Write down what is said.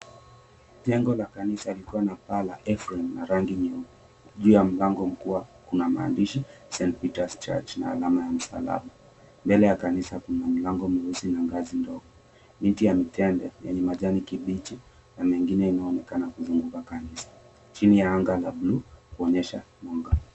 Jengo la kanisa likiwa na paa la FM ya rangi nyeupe. Juu ya mlango mkubwa, kuna maandishi, St. Peters Church, na alama ya msalaba. Mbele ya kanisa kuna mlango mweusi na ngazi ndogo. Miti ya mitende yenye majani kibichi na mengine inayoonekana kuzunguka kanisa, chini ya anga la blu kuonyesha mwanga.